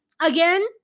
again